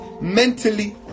mentally